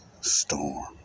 Storm